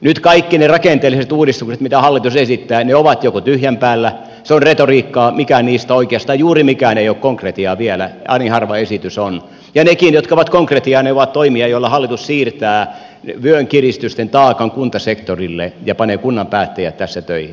nyt kaikki ne rakenteelliset uudistukset mitä hallitus esittää ovat joko tyhjän päällä se on retoriikkaa mikään niistä oikeastaan juuri mikään ei ole konkretiaa vielä ani harva esitys on ja nekin jotka ovat konkretiaa ovat toimia joilla hallitus siirtää vyönkiristysten taakan kuntasektorille ja panee kunnan päättäjät tässä töihin